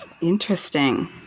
Interesting